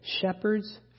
shepherds